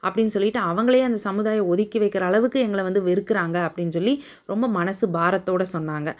அப்படின்னு சொல்லிகிட்டு அவங்களே அந்த சமுதாயம் ஒதுக்கி வைக்கின்ற அளவுக்கு எங்களை வந்து வெறுக்கிறாங்க அப்படின்னு சொல்லி ரொம்ப மனசு பாரத்தோடய சொன்னாங்க